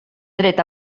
dret